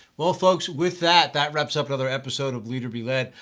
well folks with that, that wraps up another episode of leader be led.